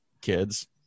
kids